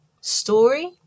story